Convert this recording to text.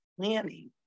planning